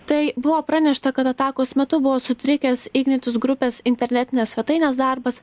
tai buvo pranešta kad atakos metu buvo sutrikęs ignitis grupės internetinės svetainės darbas